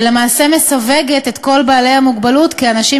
ולמעשה מסווגת את כל בעלי המוגבלות כאנשים